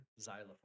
Xylophone